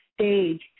stage